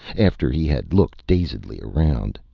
after he had looked dazedly around.